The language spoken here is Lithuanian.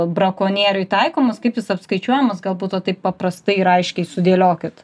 brakonieriui taikomas kaip jis apskaičiuojamas galbūt va taip paprastai ir aiškiai sudėliokit